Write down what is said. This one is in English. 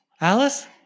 Alice